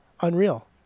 Unreal